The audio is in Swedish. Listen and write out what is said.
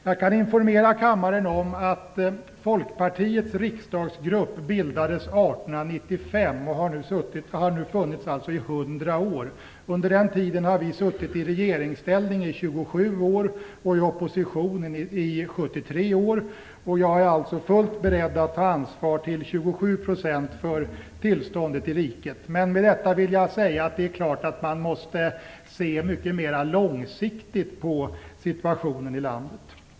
Jag kan informera kammaren om att Folkpartiets riksdagsgrupp bildades 1895 och har nu funnits i 100 år. Under den tiden har vi suttit i regeringsställning i 27 år och i opposition i 73 år. Jag är alltså fullt beredd att ta ansvar till 27 procent för tillståndet i riket. Med detta vill jag säga att det är klart att man måste se mycket mer långsiktigt på situationen i landet.